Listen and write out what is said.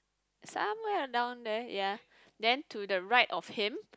somewhere or down there ya then to the right of him